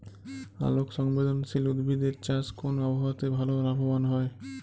আলোক সংবেদশীল উদ্ভিদ এর চাষ কোন আবহাওয়াতে ভাল লাভবান হয়?